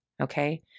Okay